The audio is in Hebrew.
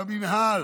במינהל,